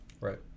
Right